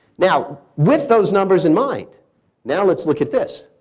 now with those numbers in mind now let's look at this.